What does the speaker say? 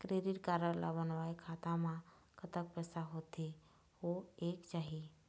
Credit card ला बनवाए खाता मा कतक पैसा होथे होएक चाही?